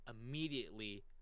immediately